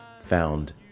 found